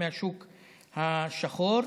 מהשוק השחור,